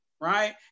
Right